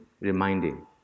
reminding